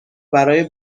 برای